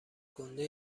گُنده